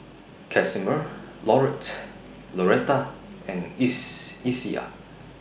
Casimer Lauretta and IS Isiah